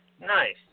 Nice